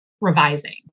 revising